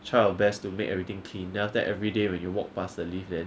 try our best to make everything clean then after that everyday when you walk pass the lift there